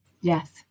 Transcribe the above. Yes